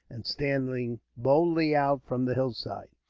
and standing boldly out from the hillside.